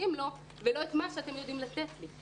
זקוקים לו ולא את מה שיודעים לתת לו.